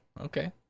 okay